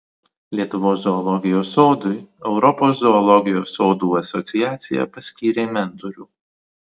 lietuvos zoologijos sodui europos zoologijos sodų asociacija paskyrė mentorių